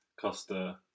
Costa